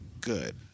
good